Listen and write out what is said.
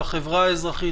של החברה האזרחית,